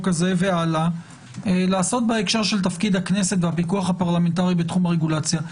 הזה והלאה לעשות בהקשר של תפקיד הכנסת והפיקוח הפרלמנטרי בתחום הרגולציה.